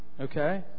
Okay